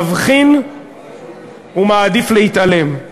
מבחין ומעדיף להתעלם.